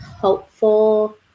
helpful